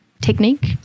technique